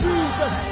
Jesus